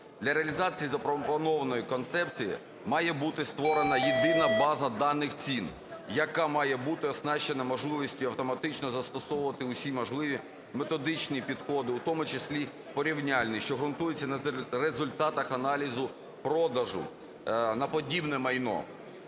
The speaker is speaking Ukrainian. Для реалізації запропонованої концепції має бути створена Єдина база даних цін, яка має бути оснащена можливістю автоматично застосовувати всі можливі методичні підходи, в тому числі порівняльні, що ґрунтуються на результатах аналізу продажу на подібне майно,